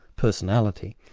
personality,